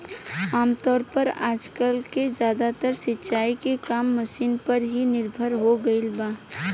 आमतौर पर आजकल के ज्यादातर सिंचाई के काम मशीन पर ही निर्भर हो गईल बा